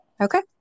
okay